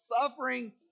suffering